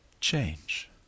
Change